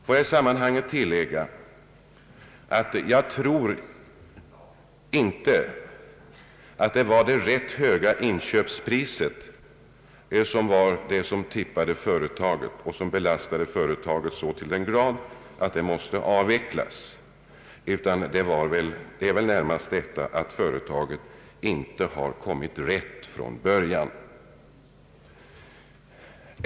Får jag i sammanhanget tillägga: Jag tror inte att det i och för sig rätt höga inköpspriset för företaget hade behövt bli någon avgörande belastning om man lyckats få verksamheten att gå åt rätt håll från början.